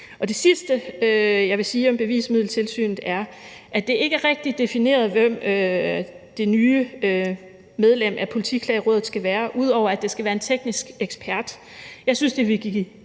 Det sidste, jeg vil sige om Bevismiddeltilsynet, er, at det ikke rigtig er defineret, hvem det nye medlem af Politiklagerådet skal være, ud over at det skal være en teknisk ekspert. Jeg synes, det ville give